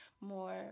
more